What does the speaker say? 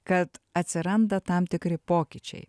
kad atsiranda tam tikri pokyčiai